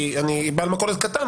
כי אני בעל מכולת קטן,